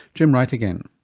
jim wright again.